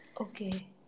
okay